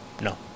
No